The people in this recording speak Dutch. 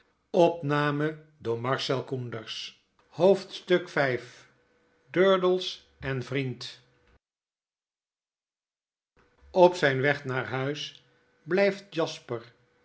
v durdels en vriend op zp weg naar huisblijft jasper